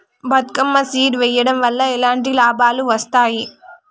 Bathukamma seed వెయ్యడం వల్ల ఎలాంటి లాభాలు వస్తాయి?